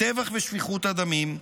הטבח ושפיכות הדמים,